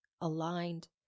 aligned